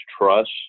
trust